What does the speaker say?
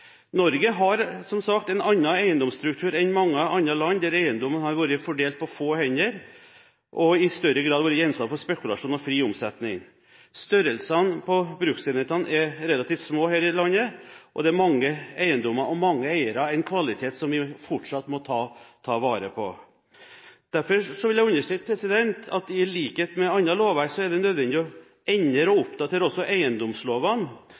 Norge har som sagt en annen eiendomsstruktur enn mange andre land, der eiendom har vært fordelt på få hender, og i større grad vært gjenstand for spekulasjon og fri omsetning. Størrelsen på bruksenhetene er relativt sett små her i landet, og det er mange eiendommer og mange eiere – en kvalitet som vi fortsatt må ta vare på. Derfor vil jeg understreke at i likhet med annet lovverk, er det nødvendig å endre og oppdatere også eiendomslovene. Men å